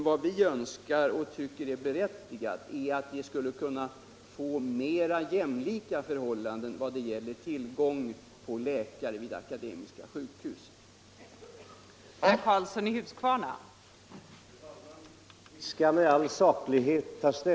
Vad vi tycker är berättigat är emellertid att vi skall kunna få mera jämlika förhållanden vad gäller tillgången på läkare vid Akademiska sjukhuset i Uppsala och andra statliga undervisningssjukhus.